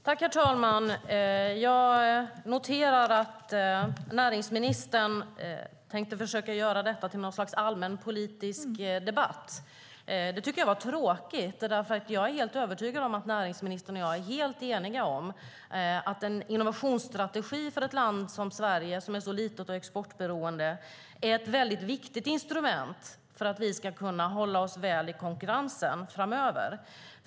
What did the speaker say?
Herr talman! Jag noterar att näringsministern försöker göra detta till något slags allmän politisk debatt. Det tycker jag är tråkigt, för jag är helt övertygad om att näringsministern och jag är helt eniga om att en innovationsstrategi för ett land som Sverige, som är så litet och exportberoende, är ett väldigt viktigt instrument för att vi ska kunna stå oss väl i konkurrensen framöver.